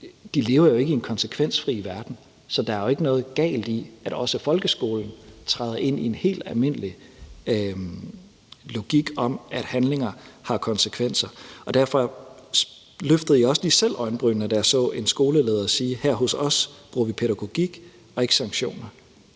unge lever jo ikke i en konsekvensfri verden. Så der er jo ikke noget galt i, at også folkeskolen træder ind i en helt almindelig logik om, at handlinger har konsekvenser. Derfor løftede jeg også lige selv øjenbrynene, da jeg så en skoleleder sige: Her hos os bruger vi pædagogik og ikke sanktioner.